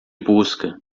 busca